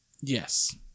Yes